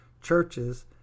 churches